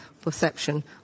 perception